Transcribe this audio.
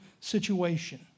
situation